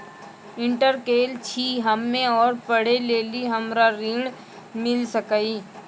Inter केल छी हम्मे और पढ़े लेली हमरा ऋण मिल सकाई?